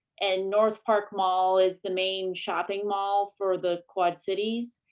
and north park mall is the main shopping mall for the quad cities,